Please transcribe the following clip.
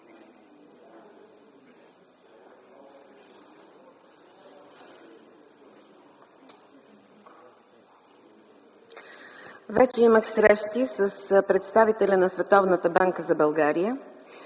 Вече имах среща с представителя на